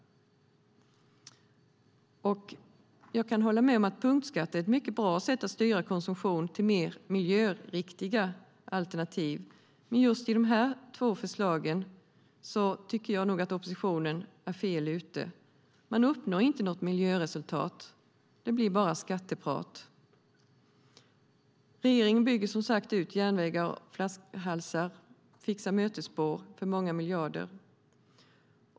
Jag kan hålla med om att punktskatt är ett mycket bra sätt att styra konsumtion till mer miljöriktiga alternativ, men i just de här två förslagen tycker jag nog att oppositionen är fel ute. Man uppnår inte något miljöresultat. Det blir bara skatteprat. Regeringen bygger som sagt ut järnvägar, bygger bort flaskhalsar och fixar mötesspår för många miljarder.